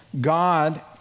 God